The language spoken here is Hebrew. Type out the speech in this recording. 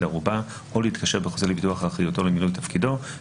ערובה או להתקשר בחוזה לביטוח אחריותו למילוי תפקידו,